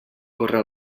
corre